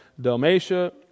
Dalmatia